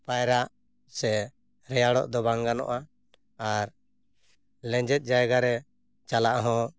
ᱯᱟᱭᱨᱟᱜ ᱥᱮ ᱨᱮᱭᱟᱲᱚᱜ ᱫᱚ ᱵᱟᱝ ᱜᱟᱱᱚᱜᱼᱟ ᱟᱨ ᱞᱮᱡᱮᱫ ᱡᱟᱭᱜᱟ ᱨᱮ ᱪᱟᱞᱟᱜ ᱦᱚᱸ